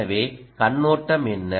எனவே கண்ணோட்டம் என்ன